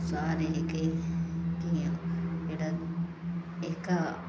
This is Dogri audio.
सारे जेह्के जेह्ड़े एह्का